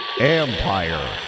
Empire